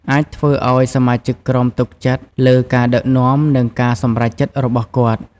អាចធ្វើឲ្យសមាជិកក្រុមទុកចិត្តលើការដឹកនាំ និងការសម្រេចចិត្តរបស់គាត់។